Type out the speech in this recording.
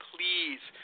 Please